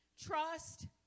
Trust